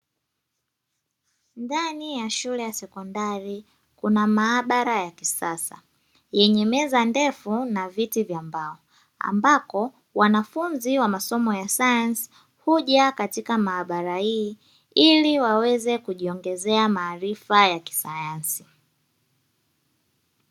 Ndani ya shule ya sekondari, kuna maabara ya kisasa yenye meza ndefu na viti vya mbao, ambako wanafunzi wa masomo ya sayansi huja katika maabara hii, ili waweze kujiongezea maarifa ya kisayansi.